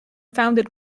founded